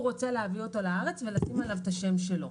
רוצה להביא אותו לארץ ולשים עליו את השם שלו.